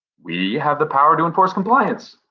we have the power to enforce compliance.